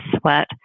sweat